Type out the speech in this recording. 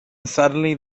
suddenly